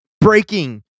breaking